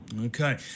Okay